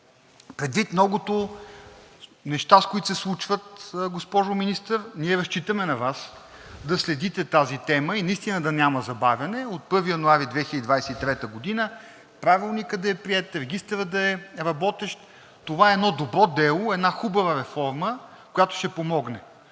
предвид многото неща, които се случват, госпожо Министър, ние разчитаме на Вас да следите тази тема и наистина да няма забавяне от 1 януари 2023 г. – правилникът да е приет, регистърът да е работещ. Това е едно добро дело, една хубава реформа, която ще помогне